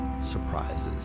surprises